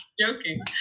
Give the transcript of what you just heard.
joking